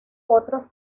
otros